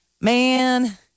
Man